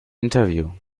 interview